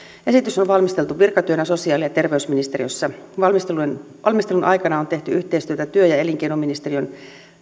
esitys on on valmisteltu virkatyönä sosiaali ja terveysministeriössä valmistelun valmistelun aikana on tehty yhteistyötä työ ja ja elinkeinoministeriön